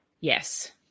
Yes